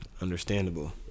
Understandable